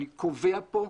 אני קובע כאן,